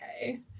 okay